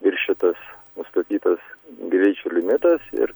viršytas nustatytas greičio limitas ir